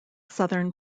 southern